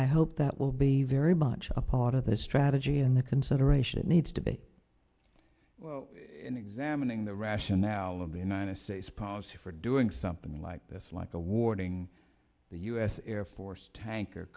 i hope that will be very much a part of the strategy and the consideration it needs to be in examining the rationale of the united states policy for doing something like this like awarding the u s air force tanker